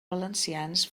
valencians